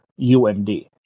UMD